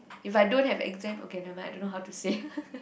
if I don't have exam okay never mind I don't know how to say